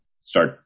start